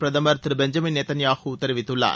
பிரதமர் திரு Benjamin Netanyahu தெரிவித்துள்ளார்